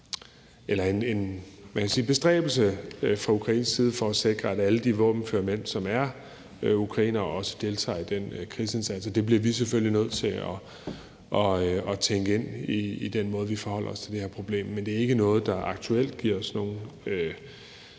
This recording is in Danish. der en bestræbelse fra Ukraines side om at sikre, at alle de våbenføre mænd, som er ukrainere, også deltager i den krigsindsats. Det bliver vi selvfølgelig nødt til at tænke ind i den måde, vi forholder os til det her problem på, men det er ikke noget, der aktuelt giver os nogen